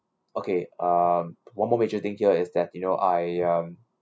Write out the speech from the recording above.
okay um one more major thing here is that you know I um